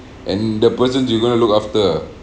and the person you gonna look after